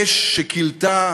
האש שכילתה